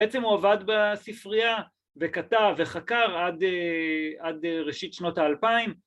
‫בעצם הוא עבד בספרייה וכתב וחקר ‫עד ראשית שנות ה-2000.